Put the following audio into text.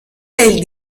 del